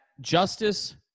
Justice